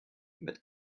but